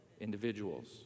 individuals